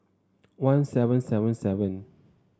one seven seven seven